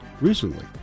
recently